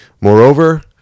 Moreover